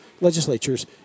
legislatures